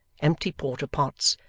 empty porter-pots,